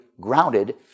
grounded